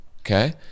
okay